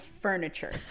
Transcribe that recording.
furniture